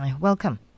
Welcome